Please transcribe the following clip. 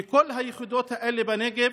שכל היחידות האלה בנגב